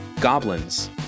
goblins